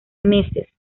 meses